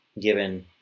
given